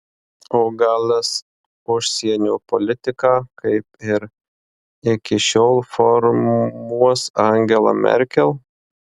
o gal es užsienio politiką kaip ir iki šiol formuos angela merkel